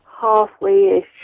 halfway-ish